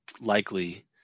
likely